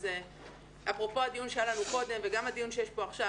אז אפרופו הדיון שהיה לנו קודם וגם הדיון שיש פה עכשיו